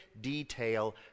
detail